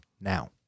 now